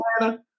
Atlanta